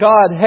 God